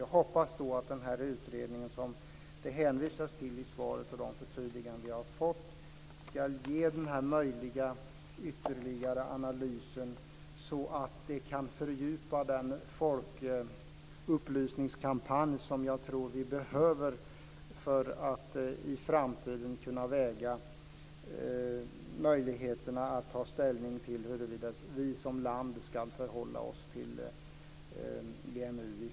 Jag hoppas att den utredning som det hänvisas till i svaret och de förtydliganden som jag har fått skall ge en ytterligare analys så att den folkupplysningskampanj som jag tror att vi behöver kan fördjupas för att vi i framtiden skall kunna ta ställning till hur vi som land skall förhålla oss till EMU.